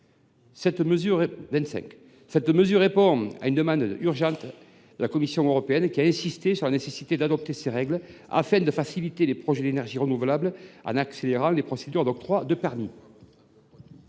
Cette mesure répond à une demande urgente de la Commission européenne, qui a insisté sur la nécessité d’adopter ces règles pour faciliter les projets d’énergie renouvelable en accélérant les procédures d’octroi de permis.